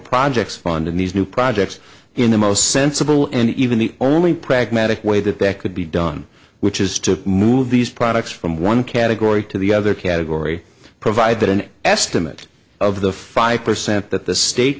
projects funding these new projects in the most sensible and even the only pragmatic way that that could be done which is to move these products from one category to the other category provide that an estimate of the five percent that the state